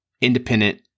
independent